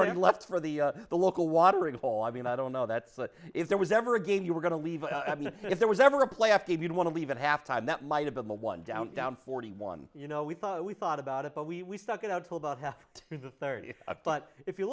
already left for the the local watering hole i mean i don't know that if there was ever a game you were going to leave if there was ever a playoff game you'd want to leave at halftime that might have been the one down down forty one you know we thought we thought about it but we stuck it out to about half the third if but if you